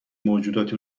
موجوداتی